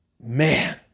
man